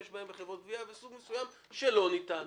בהם בחברות גבייה וסוג מסוים שלא ניתן.